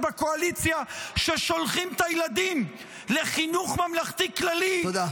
בקואליציה ששולחים את הילדים לחינוך ממלכתי-כללי -- תודה.